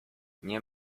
nie